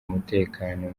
umutekano